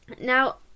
Now